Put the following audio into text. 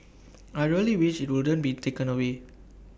I really wish IT wouldn't be taken away